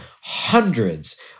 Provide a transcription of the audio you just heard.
hundreds